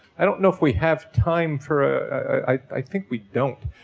i don't know if we have time for a, i think we don't,